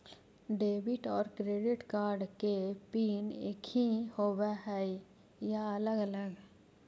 Debit और credit card के PIN एकही होव हइ या अलग अलग?